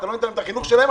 את החינוך שלהם,